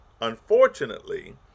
Unfortunately